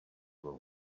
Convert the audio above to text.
were